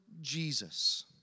Jesus